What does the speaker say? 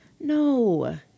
no